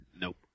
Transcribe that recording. Nope